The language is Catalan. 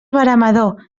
veremador